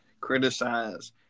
criticize